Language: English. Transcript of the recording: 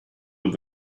had